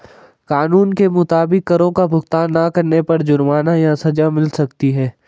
कानून के मुताबिक, करो का भुगतान ना करने पर जुर्माना या सज़ा मिल सकती है